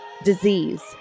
disease